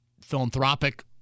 philanthropic